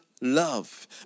love